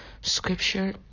scripture